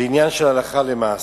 זה עניין של הלכה למעשה.